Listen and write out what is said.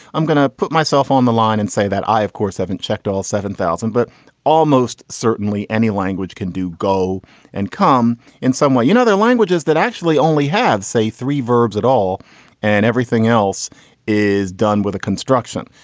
i'm going to put myself on the line and say that i, of course, haven't checked all seven thousand, but almost certainly any language can do go and come in somewhere, you know, their languages that actually only have, say, three verbs at all and everything else is done with a construction.